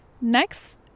next